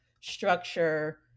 structure